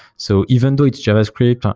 so even though it's javascript,